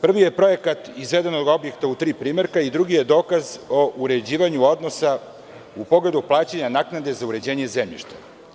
Prvi je projekat izveden od objekta, drugi je dokaz o uređivanju odnosa u pogledu plaćanja naknade za uređenje zemljišta.